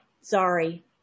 sorry